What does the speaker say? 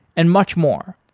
and much more.